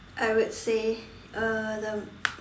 I would say uh the